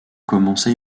commença